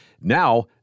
Now